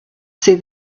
see